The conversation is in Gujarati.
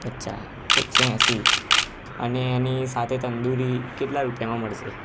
અચ્છા એકસો એંસી અને એને સાથે તંદૂરી કેટલા રૂપિયામાં મળશે